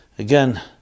Again